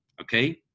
Okay